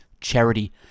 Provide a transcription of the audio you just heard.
charity